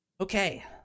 Okay